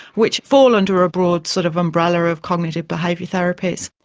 which fall under a broad sort of umbrella of cognitive behaviour therapies.